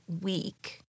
week